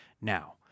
Now